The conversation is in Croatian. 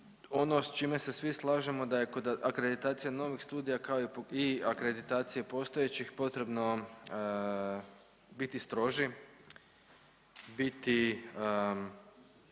ono sa čime se svi slažemo da je kod akreditacije novih studija kao i akreditacije postojećih potrebno biti stroži, biti